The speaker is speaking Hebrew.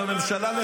זו הממשלה,